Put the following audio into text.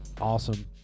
awesome